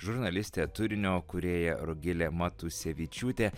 žurnalistė turinio kūrėja rugilė matusevičiūtė